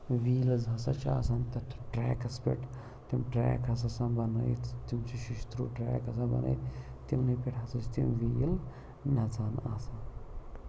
wheels ہَسا چِھ آسان تَتھ ٹرٛیکَس پؠٹھ تِم ٹرٛیک ہَسا چِھ آسان بنٲیِتھ تِم چھِ شٮ۪شتٕرُو ٹرٛیک آسان بنٲیِتھ تِمنٕے پؠٹھ ہَسا چھِ تِم ویٖل نَژھان آسان